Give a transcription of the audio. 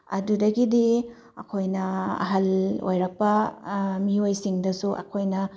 ꯑꯗꯨꯗꯒꯤꯗꯤ ꯑꯩꯈꯣꯏꯅ ꯑꯍꯜ ꯑꯣꯏꯔꯛꯄ ꯃꯤꯑꯣꯏꯁꯤꯡꯗꯁꯨ ꯑꯩꯈꯣꯏꯅ